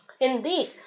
indeed